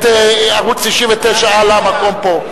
אני אשאיר את ערוץ-99 על המקום פה.